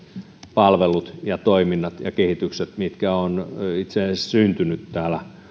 palvelut toiminnat ja kehitykset mitkä ovat itse asiassa syntyneet täällä